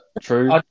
true